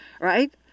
right